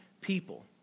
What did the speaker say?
people